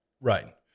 Right